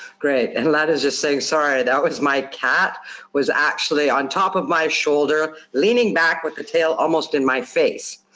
great. and that is just saying sorry, that was my cat was actually on top of my shoulder, leaning back, with the tail almost in my face.